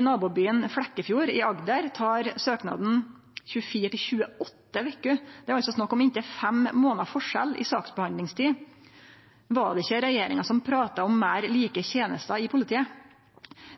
nabobyen Flekkefjord i Agder tek søknaden 24 til 28 veker. Det er altså snakk om inntil fem månader forskjell i saksbehandlingstid. Var det ikkje regjeringa som prata om meir like tenester i politiet?